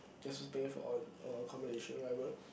Justin's paying for all the all the accommodation or whatever